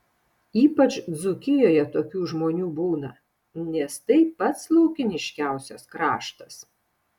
ypač dzūkijoje tokių žmonių būna nes tai pats laukiniškiausias kraštas